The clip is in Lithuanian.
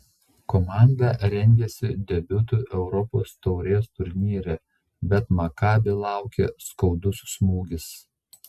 komanda rengėsi debiutui europos taurės turnyre bet makabi laukė skaudus smūgis